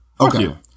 Okay